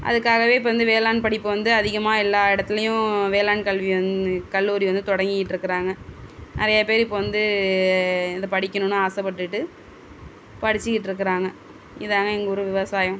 அதுக்காகவே இப்போ வந்து வேளாண் படிப்பு வந்து அதிகமாக எல்லா இடத்துலையும் வேளாண் கல்வி வந்னு கல்லூரி வந்து தொடங்கியிட்டிருக்கறாங்க நிறையா பேர் இப்போ வந்து இந்த படிக்கணும்னு ஆசைப்பட்டுட்டு படிச்சிகிட்ருக்கிறாங்க இதுதாங்க எங்கள் ஊர் விவசாயம்